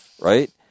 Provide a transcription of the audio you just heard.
Right